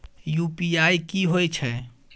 UPI की होय छै?